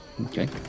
Okay